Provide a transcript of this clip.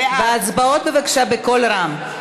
בהצבעות בבקשה בקול רם.